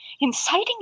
inciting